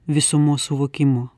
visumos suvokimo